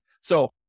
So-